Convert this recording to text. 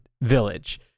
Village